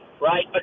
right